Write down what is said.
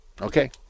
Okay